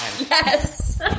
yes